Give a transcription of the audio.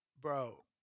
Bro